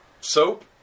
Soap